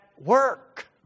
work